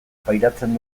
pairatzen